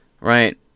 right